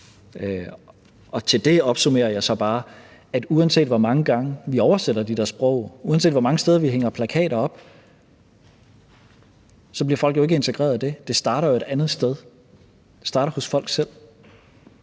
til det opsummerer jeg så bare, at uanset hvor mange gange vi oversætter til de der sprog, uanset hvor mange steder vi hænger plakater op, bliver folk jo ikke integreret af det. Det starter jo et andet sted. Det starter hos folk selv.